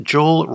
Joel